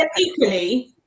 Equally